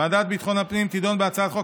ועדת ביטחון הפנים תדון בהצעת חוק